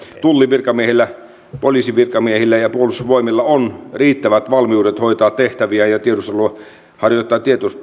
tullin virkamiehillä poliisivirkamiehillä ja puolustusvoimilla on riittävät valmiudet hoitaa tehtäviään ja harjoittaa